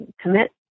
commit